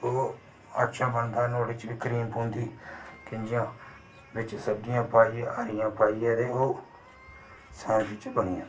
ते ओह् अच्छा बनदा नुहाड़े च क्रीम पौंदी बिच सब्जियां पाइयै हरियां पाइयै ते ओह् सैंडविच बनी जंदी